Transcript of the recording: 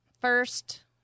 first